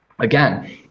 Again